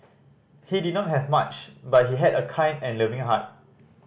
he did not have much but he had a kind and loving heart